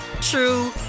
true